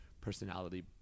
personality